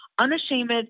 unashamed